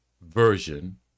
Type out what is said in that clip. version